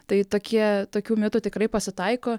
tai tokie tokių mitų tikrai pasitaiko